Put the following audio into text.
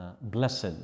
blessed